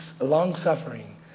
long-suffering